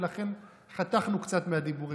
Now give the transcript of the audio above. ולכן חתכנו קצת מהדיבורים,